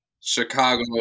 chicago